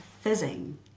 fizzing